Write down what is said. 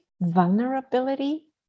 vulnerability